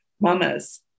Mamas